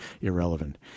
irrelevant